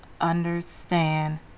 understand